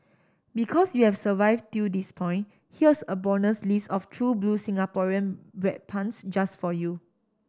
because you have survived till this point here's a bonus list of true blue Singaporean bread puns just for you